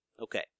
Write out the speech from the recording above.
Okay